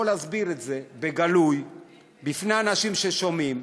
להסביר את זה בגלוי בפני אנשים ששומעים,